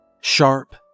sharp